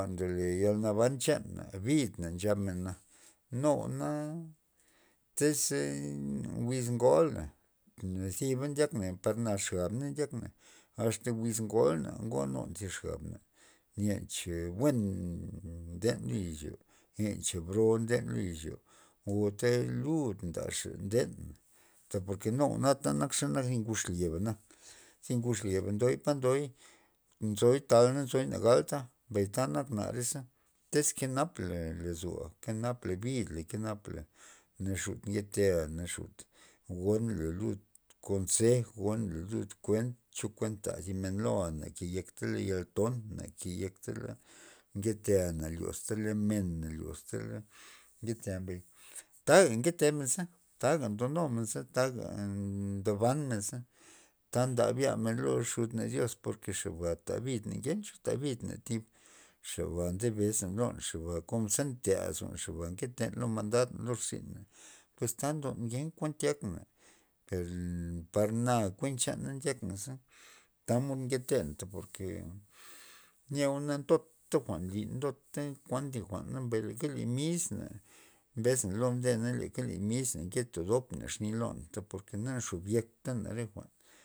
Ndole yal naban chana bid men nchab mena nu jwa'na, tyz e wiz ngola na ziba ndyakna na xabna ndiakna asta wiz ngolna ngoanun thi xabna len che buen nden lo izyo, len cho bro nden lo izyo o ta lud ndaxa nden por ke nu jwa'na ta nakxa zanak thi ngud xlyeba zi ngud xlyeba ndon pa ndoy nchoy tal mbay nzo na galta mbay ta nak nareza tez kenam la lozoa kenam la kenap la bidla naxut nketa naxut gon la lud konsej gonla lud kuent cho zi kuent ta loa' nakeyek tala jwa'n nton na keyektala nkenea na lyoztala men na lyoztala nketea taga nketemen taga ndonumenza taga ban menza ta ndab ya men lo yud na dios porke xaba ta binda ngencho ta bidna thib, xaba ndebes na tud xaba konke ze te las xaba byan lo mandad iirzynxa pue ta tyon ken kuan tyakna kon ze ntea lozon lo ba nketen lo mandad na lo rzyna pues ta ndon ken kuan tyakna per par na kuent chana ndyakna tamod nketen ke nyeo na tota nlyn tota thi jwa'n li misna mbesna lo mdena le misna todob na exny lon por ke na xob yekxa tana re jwa'n.